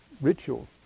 ritual